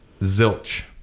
Zilch